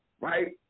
right